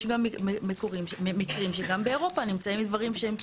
יש גם מקרים שגם באירופה נמצאים דברים שהם,